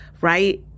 right